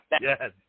Yes